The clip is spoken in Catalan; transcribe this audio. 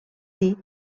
dir